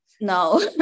no